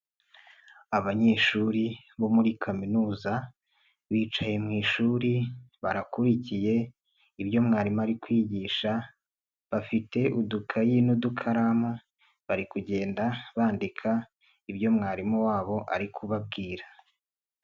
Abanyeshuri bo muri kaminuza, bicaye mu ishuri barakurikiye ibyo mwarimu ari kwigisha, bafite udukayi n'udukaramu, bari kugenda bandika, ibyo mwarimu wabo ari kubabwira.